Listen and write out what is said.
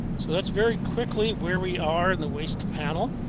so that's very quickly where we are in the waste panel.